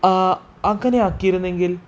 ആ അങ്ങനെ ആക്കിയിരുന്നെങ്കിൽ